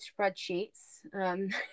spreadsheets